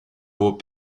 vos